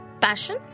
passion